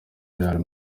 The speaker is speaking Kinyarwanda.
real